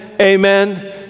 amen